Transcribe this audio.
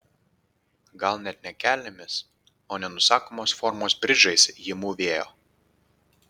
gal net ne kelnėmis o nenusakomos formos bridžais ji mūvėjo